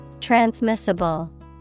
transmissible